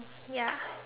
ya